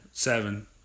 Seven